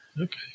Okay